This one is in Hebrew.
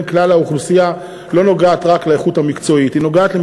כלל האוכלוסייה לא נוגעת רק לאיכות המקצועית,